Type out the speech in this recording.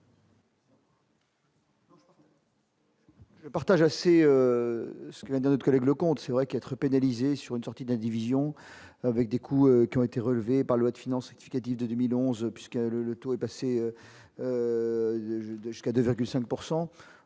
Je partage assez ce que notre collègue Leconte c'est vrai qu'être pénalisé sur une sortie de des divisions, avec des coûts qui ont été relevées par loi de finance éthique 10 2011 puisque le taux est passé de jusqu'à 2 5